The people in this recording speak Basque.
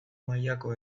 mailako